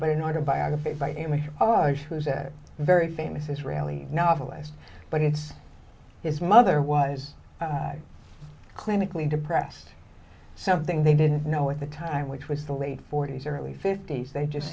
but in order biography by amy oh it was a very famous israeli novelist but it's his mother was clinically depressed something they didn't know at the time which was the late forty's early fifty's they just